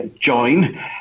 join